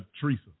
Teresa